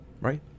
right